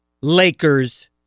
Lakers